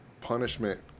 punishment